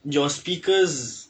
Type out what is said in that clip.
your speakers